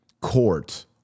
court